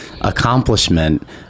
accomplishment